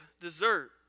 dessert